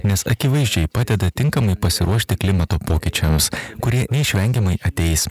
nes akivaizdžiai padeda tinkamai pasiruošti klimato pokyčiams kurie neišvengiamai ateis